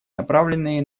направленные